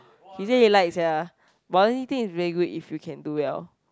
he say he like sia but only think is very good if you can do well